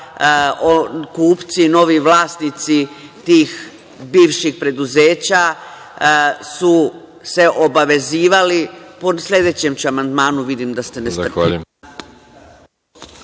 kupci, novi vlasnici tih bivših preduzeća su se obavezivali… Po sledećem ću amandmanu, jer vidim da ste nestrpljivi.